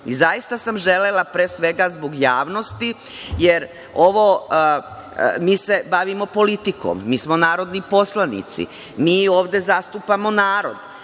sam želela, pre svega zbog javnosti, jer mi se bavimo politikom, mi smo narodni poslanici mi ovde zastupamo narod,